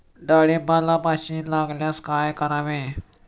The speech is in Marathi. डाळींबाला माशी लागल्यास काय करावे?